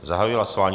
Zahajuji hlasování.